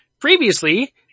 previously